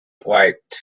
wiped